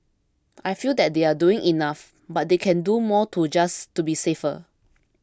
I feel that they are doing enough but they can do more too just to be safer